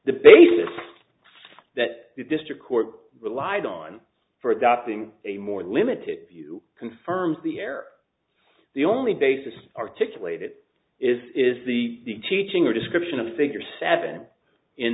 the basis that the district court relied on for adopting a more limited view confirms the air the only basis articulate it is is the teaching or description of the figure seven in